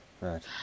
right